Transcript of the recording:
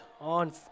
on